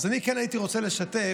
אני כן הייתי רוצה לשתף: